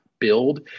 build